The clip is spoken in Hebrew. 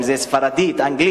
אם זה ספרדית או אנגלית,